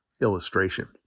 illustration